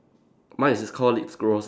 mine is just called lip gloss leh